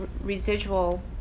residual